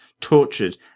tortured